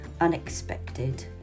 unexpected